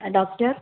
ആ ഡോക്ടർ